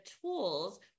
tools